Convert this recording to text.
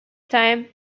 time